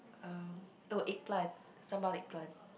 um oh eggplant sambal eggplant